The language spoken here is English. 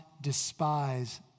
despise